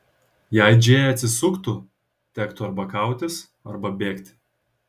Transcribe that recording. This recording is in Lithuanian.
jei džėja atsisuktų tektų arba kautis arba bėgti